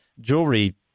jewelry